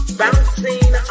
bouncing